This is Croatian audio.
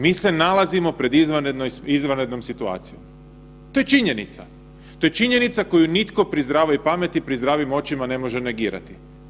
Mi se nalazimo pred izvanrednom situacijom, to je činjenica, to je činjenica koju nitko pri zdravoj pameti, pri zdravim očima ne može negirati.